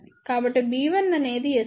కాబట్టి b1 అనేది S11 a1